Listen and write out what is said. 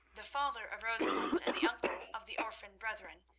the father of rosamund and the uncle of the orphan brethren,